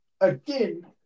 again